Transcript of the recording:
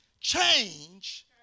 change